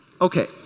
Okay